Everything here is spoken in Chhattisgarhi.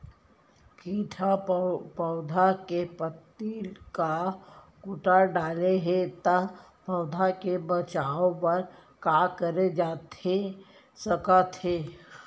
किट ह पौधा के पत्ती का कुतर डाले हे ता पौधा के बचाओ बर का करे जाथे सकत हे?